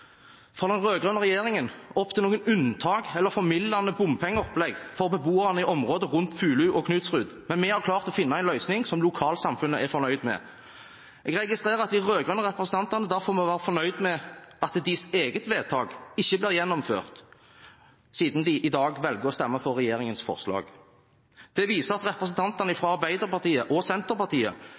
fra den rød-grønne regjeringen – lagt opp til noen unntak eller formildende bompengeopplegg for beboerne i området rundt Fulu og Knutsrud, men vi har klart å finne en løsning som lokalsamfunnet er fornøyd med. Jeg registrerer at de rød-grønne representantene derfor må være fornøyd med at deres eget vedtak ikke blir gjennomført, siden de i dag velger å stemme for regjeringens forslag. Det viser at representantene fra Arbeiderpartiet og Senterpartiet